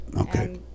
Okay